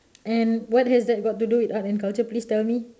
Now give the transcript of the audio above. and what has that got to do with art and culture please tell me